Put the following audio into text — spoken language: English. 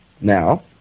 now